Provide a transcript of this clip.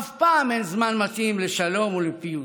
אף פעם אין זמן מתאים לשלום או לפיוס,